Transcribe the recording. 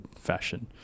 fashion